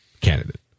candidate